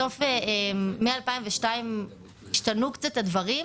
מ-2002 השתנו קצת הדברים.